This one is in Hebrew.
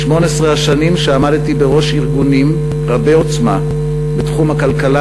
18 השנים שעמדתי בראש ארגונים רבי-עוצמה בתחום הכלכלה